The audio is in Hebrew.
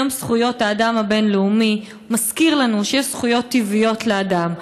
יום זכויות האדם הבין-לאומי מזכיר לנו שיש זכויות טבעיות לאדם,